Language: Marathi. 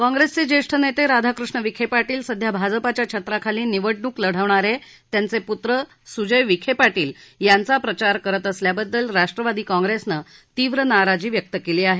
काँग्रेसचे ज्येष्ठ नेते राधाकृष्ण विखे पाटील सध्या भाजपाच्या छत्राखली निवडणूक लढवणारे त्यांचे पुत्र सुजय विखे पाटील यांचा प्रचार करत असल्याबददल राष्ट्रवादी काँग्रेसनं तीव्र नाराजी व्यक्त केली आहे